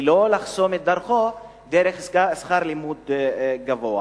ולא לחסום את דרכם דרך שכר לימוד גבוה.